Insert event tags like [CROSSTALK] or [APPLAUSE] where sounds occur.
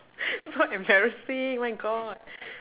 [LAUGHS] so embarrassing my God